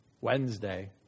Wednesday